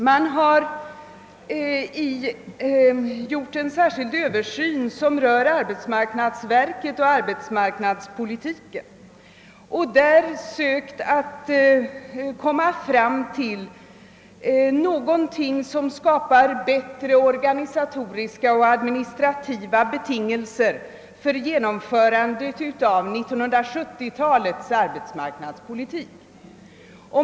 Man har utfört en särskild översyn som rör arbetsmarknadsverket och arbetsmarknadspolitiken och sökt komma fram till någonting som skulle skapa bättre organisatoriska och administrativa betingelser för genomförandet av 1970-talets arbetsmarknadspolitik.